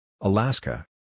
Alaska